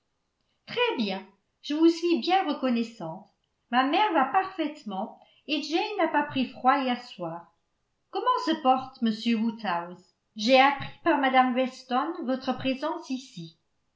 très bien je vous suis bien reconnaissante ma mère va parfaitement et jane n'a pas pris froid hier soir comment se porte m woodhouse j'ai appris par mme weston votre présence ici